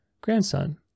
grandson